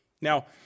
Now